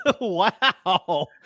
Wow